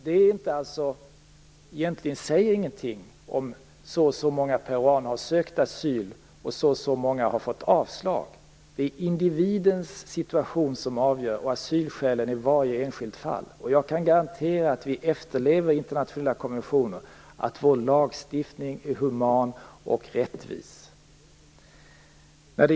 Det säger egentligen ingenting, om så och så många peruaner har sökt asyl och så och så många har fått avslag. Det är individens situation och asylskälen i varje enskilt fall som avgör. Jag kan garantera att vi efterlever internationella konventioner och att vår lagstiftning är human och rättvis.